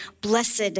blessed